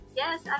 yes